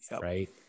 Right